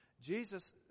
Jesus